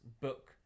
book